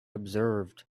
observed